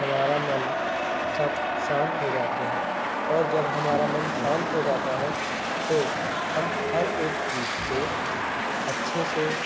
हमारा मन सब शांत हो जाते हैं और जब हमारा मन शांत हो जाता है तो हम हर एक चीज को अच्छे से